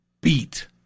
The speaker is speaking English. beat